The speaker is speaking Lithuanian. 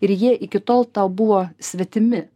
ir jie iki tol tau buvo svetimi